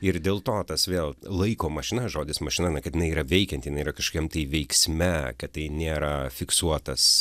ir dėl to tas vėl laiko mašina žodis mašina kad jinai yra veikianti jinai yra kažkokiam tai veiksme kad tai nėra fiksuotas